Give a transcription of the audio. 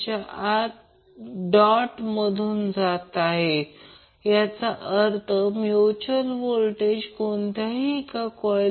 तर आता प्रश्न असा आहे की L साठी समीकरण 1 सोडवले तर असे काहीतरी मिळेल